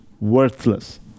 worthless